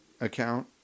account